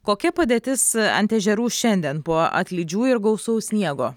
kokia padėtis ant ežerų šiandien po atlydžių ir gausaus sniego